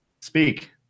speak